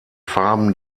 farben